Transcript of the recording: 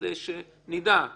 כדי שנדע,